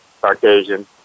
Caucasian